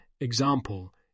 example